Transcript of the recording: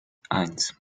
eins